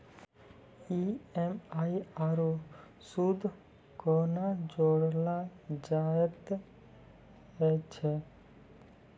EMI आरू सूद कूना जोड़लऽ जायत ऐछि?